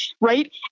right